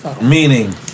Meaning